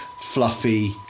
fluffy